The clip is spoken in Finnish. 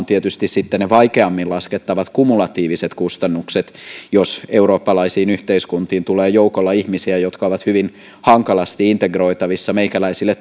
tietysti ne vaikeammin laskettavat kumulatiiviset kustannukset jos eurooppalaisiin yhteiskuntiin tulee joukolla ihmisiä jotka ovat hyvin hankalasti integroitavissa meikäläisille